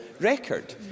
record